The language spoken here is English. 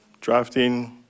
drafting